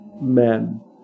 men